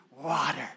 water